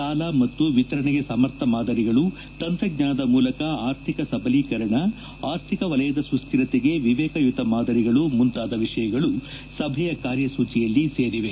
ಸಾಲ ಮತ್ತು ವಿತರಣೆಗೆ ಸಮರ್ಥ ಮಾದರಿಗಳು ತಂತ್ರಜ್ವಾನದ ಮೂಲಕ ಆರ್ಥಿಕ ಸಬಲೀಕರಣ ಆರ್ಥಿಕ ವಲಯದ ಸುಸ್ತಿರತೆಗೆ ವಿವೇಕಯುತ ಮಾದರಿಗಳು ಮುಂತಾದ ವಿಷಯಗಳು ಸಭೆಯ ಕಾರ್ಯಸೂಚಿಯಲ್ಲಿ ಸೇರಿವೆ